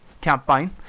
campaign